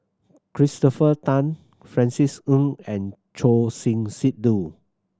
Christopher Tan Francis Ng and Choor Singh Sidhu